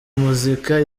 muzika